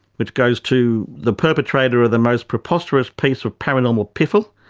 which goes to the perpetrator of the most preposterous piece of paranormal piffle,